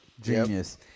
genius